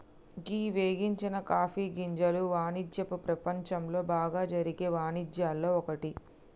గీ వేగించని కాఫీ గింజల వానిజ్యపు ప్రపంచంలో బాగా జరిగే వానిజ్యాల్లో ఒక్కటి